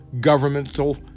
governmental